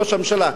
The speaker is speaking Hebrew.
ראש הממשלה,